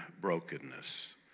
brokenness